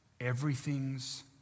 Everything's